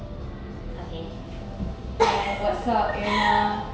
okay